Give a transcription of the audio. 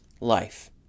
life